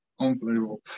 Unbelievable